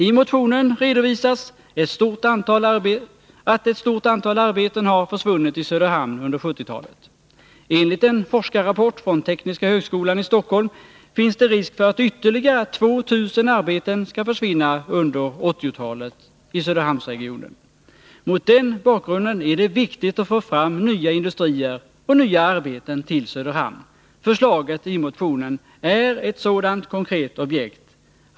I motionen redovisas att ett stort antal arbeten har försvunnit i Söderhamn under 70-talet. Enligt en forskarrapport från tekniska högskolan i Stockholm finns det risk för att ytterligare 2 000 arbeten kan försvinna under 80-talet i Söderhamnsregionen. Mot den bakgrunden är det viktigt att få fram nya industrier och nya arbeten till Söderhamn. Förslaget i motionen är ett sådant konkret objekt.